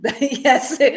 Yes